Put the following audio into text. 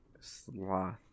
Sloth